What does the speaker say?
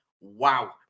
Wow